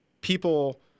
people